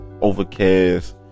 Overcast